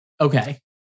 Okay